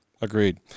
Agreed